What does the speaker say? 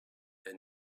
and